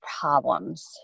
problems